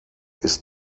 ist